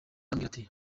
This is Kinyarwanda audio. arambwira